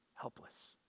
helpless